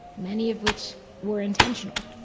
many of which were intentional.